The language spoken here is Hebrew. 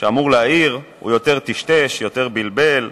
שאמור להאיר, הוא טשטש יותר, יותר בלבל,